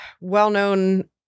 well-known